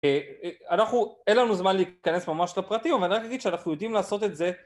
אין לנו זמן להיכנס ממש לפרטים, אבל אני רק אגיד שאנחנו יודעים לעשות את זה